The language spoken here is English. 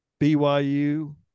byu